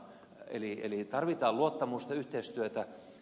eli tarvitaan luottamusta ja yhteistyötä